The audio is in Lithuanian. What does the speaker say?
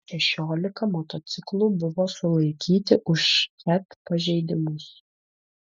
šešiolika motociklų buvo sulaikyti už ket pažeidimus